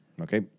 okay